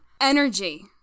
energy